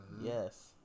Yes